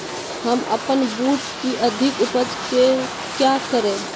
हम अपन बूट की अधिक उपज के क्या करे?